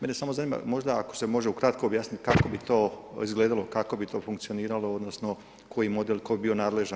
Mene samo zanima možda ako se može u kratko objasniti kako bi to izgledalo, kako bi to funkcioniralo odnosno koji model, tko je bio nadležan.